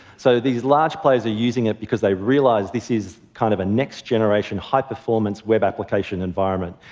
so these large players are using it because they realize this is kind of a next-generation high-performance web application environment,